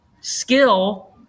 skill